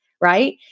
right